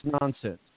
nonsense